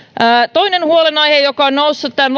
toinen huolenaihe joka on noussut tämän